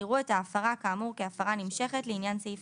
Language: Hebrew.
יראו את ההפרה כאמור כהפרה נמשכת לעניין סעיף